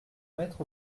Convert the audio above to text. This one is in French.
mettre